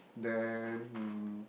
then mm